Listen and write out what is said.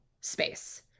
space